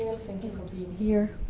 thank you for being here.